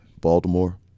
Baltimore